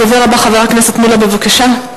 הדובר הבא, חבר הכנסת מולה, בבקשה.